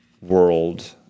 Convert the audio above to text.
world